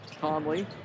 Conley